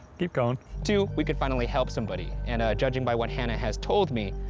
keep going. two, we could finally help somebody, and judging by what hannah has told me,